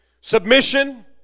Submission